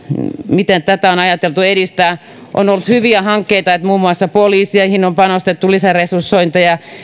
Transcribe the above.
miten tätä on ajateltu edistää on ollut hyviä hankkeita muun muassa poliiseihin on panostettu lisäresursointeja